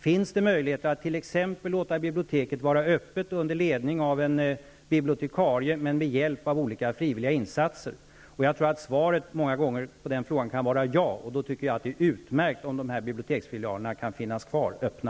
Finns det möjlighet att t.ex. låta biblioteket vara öppet under ledning av en bibliotekarie men med hjälp av olika frivilliga krafter? Jag tror att svaret på den frågan många gånger kan vara ja, och då tycker jag att det är utmärkt om de biblioteksfilialerna kan finnas kvar öppna.